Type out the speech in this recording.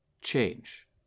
change